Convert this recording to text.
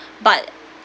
but